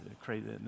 crazy